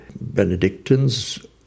Benedictines